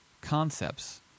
concepts